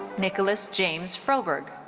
nicholas james frohberg.